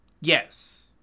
Yes